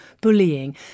bullying